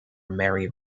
mary